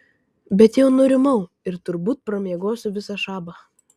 bet jau nurimau ir turbūt pramiegosiu visą šabą